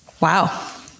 Wow